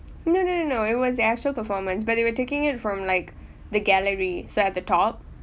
no no no no it was actual performance but they were taking it from like the gallery so at the top